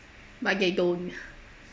but they don't